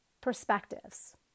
perspectives